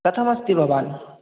कथमस्ति भवान्